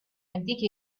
antichi